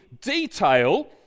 detail